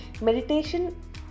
Meditation